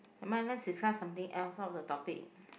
never mind let's discuss something else out of the topic